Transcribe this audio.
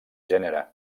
gènere